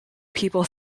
people